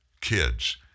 kids